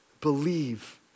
Believe